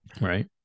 Right